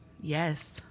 Yes